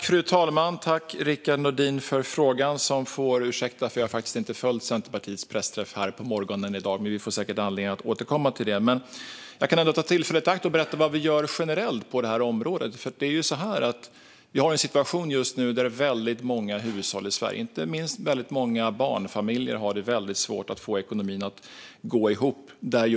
Fru talman! Jag tackar Rickard Nordin för frågan. Men han får ursäkta mig för att jag inte har följt Centerpartiets pressträff i dag på morgonen. Vi får säkert anledning att återkomma till detta. Jag kan ändå ta tillfället i akt och berätta vad vi gör generellt på detta område. Vi har en situation just nu där väldigt många hushåll i Sverige, inte minst många barnfamiljer, har det väldigt svårt att få ekonomin att gå ihop.